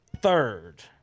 third